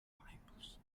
pimples